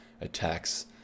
attacks